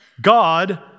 God